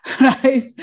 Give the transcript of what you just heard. right